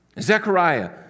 Zechariah